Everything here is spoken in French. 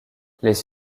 les